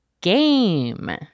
GAME